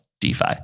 DeFi